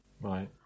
Right